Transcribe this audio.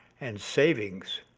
and savings.